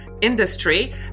industry